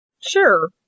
Sure